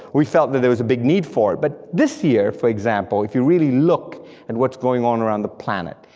we felt that there was a big need for it, but this year for example, if you really look at and what's going on around the planet,